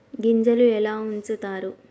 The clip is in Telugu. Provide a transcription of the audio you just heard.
గింజలు ఎలా ఉంచుతారు?